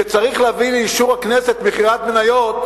שצריך להביא לאישור הכנסת מכירת מניות,